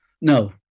No